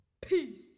Peace